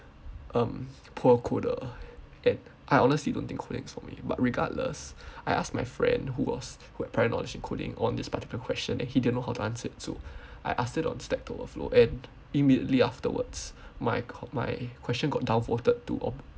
um poor coder and I honestly don't think coding is for me but regardless I asked my friend who was who had prior knowledge in coding on this particular question and he didn't know how to answer so I asked it on stack overflow and immediately afterwards my my question got down voted to on~